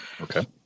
Okay